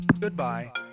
Goodbye